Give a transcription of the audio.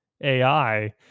AI